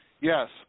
Yes